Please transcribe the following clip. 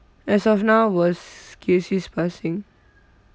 as of now was casey's passing